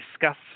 discuss